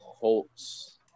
Colts